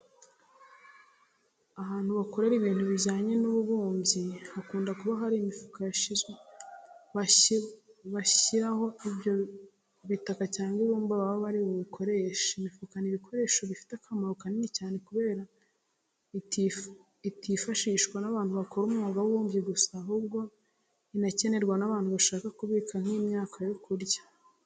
Ahantu bakorera ibintu bijyanye n'ububumbyi hakunda kuba hari imifuka bashyiraho ibyo bitaka cyangwa ibumba baba bari bukoreshe. Imifuka ni ibikoresho bifite akamaro kanini cyane kubera itifashishwa n'abantu bakora umwuga w'ububumbyi gusa, ahubwo inakenerwa n'abantu bashaka kubika nk'imyaka yo kurya.